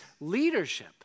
leadership